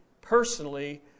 personally